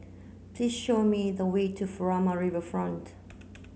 please show me the way to Furama